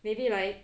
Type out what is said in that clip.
maybe like